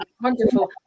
Wonderful